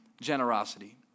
generosity